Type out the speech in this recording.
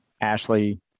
Ashley